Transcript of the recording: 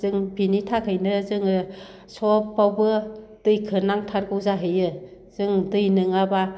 जों बिनि थाखायनो जोङो सबावबो दैखो नांथारगौ जाहैयो जों दै नोङाब्ला